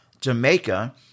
Jamaica